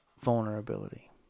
vulnerability